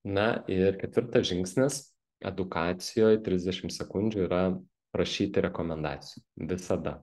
na ir ketvirtas žingsnis edukacijoj trisdešim sekundžių yra prašyti rekomendacijų visada